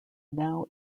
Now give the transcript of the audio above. now